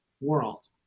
world